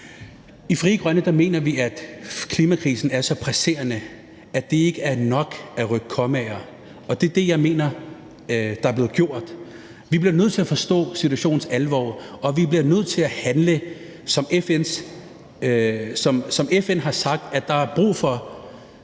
I Frie Grønne mener vi, at klimakrisen er så presserende, at det ikke er nok at rykke kommaer, og det er det, jeg mener der er blevet gjort. Vi bliver nødt til at forstå situationens alvor, og vi bliver nødt til at handle. Som FN har sagt, er der brug for